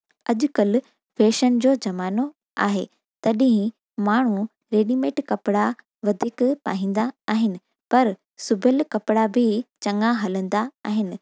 अॼुकल्ह फैशन जो ज़मानो आहे तॾहिं माण्हू रेडीमेड कपिड़ा वधीक पाईंदा आहिनि पर सिबियलु कपिड़ा बि चङा हलंदा आहिनि